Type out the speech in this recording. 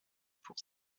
pour